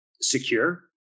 secure